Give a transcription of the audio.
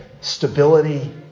stability